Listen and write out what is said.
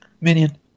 minion